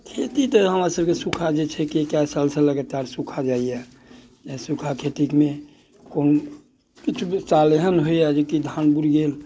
खेती तऽ हमरासभके सूखा जे छै कि कए सालसँ लगातार सूखा जाइए या सूखा खेतीमे कोन किछु साल एहन होइए जे कि धान बुरि गेल